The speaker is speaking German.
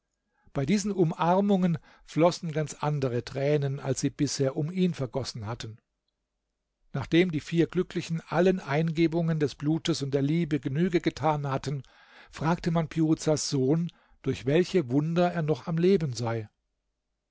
bei diesen umarmungen flossen ganz andere tränen als sie bisher um ihn vergossen hatten nachdem die vier glücklichen allen eingebungen des blutes und der liebe genüge getan hatten fragte man piruzas sohn durch welche wunder er noch am leben sei